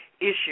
issue